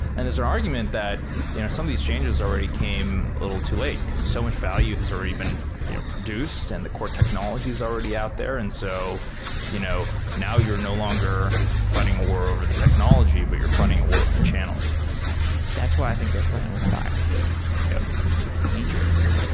and there's an argument that you know some of these changes already came a little too late, because so much value has already been you know produced and the core technology is already out there. and so you know now you're no longer fighting a war over the technology, but you're fighting a war over the channel that's why i think they're playing with fire yup it's dangerous.